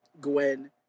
Gwen